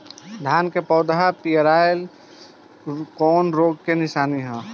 धान के पौधा पियराईल कौन रोग के निशानि ह?